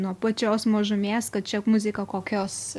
nuo pačios mažumės kad čia muzika kokios